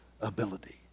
ability